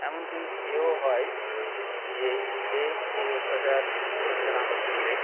এমনকি এও হয় যে সে সেই অত্যাচার সহ্য না করতে পেরে